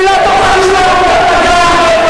והיא לא תוכל לשלוח אותם לגן,